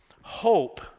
Hope